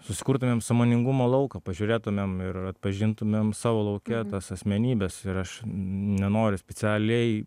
susikurtumėm sąmoningumo lauką pažiūrėtumėm ir atpažintumėm savo lauke tas asmenybes ir aš nenoriu specialiai